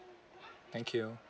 thank you